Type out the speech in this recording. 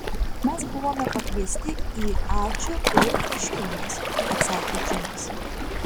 mes buvome pakviesti į ačiū ir iškilmes atsakė džinas